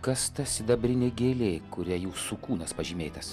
kas ta sidabrinė gėlė kuria jūsų kūnas pažymėtas